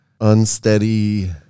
unsteady